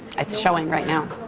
it's showing right now.